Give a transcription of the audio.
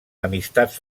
amistats